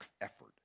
effort